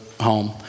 home